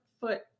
foot